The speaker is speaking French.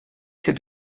ces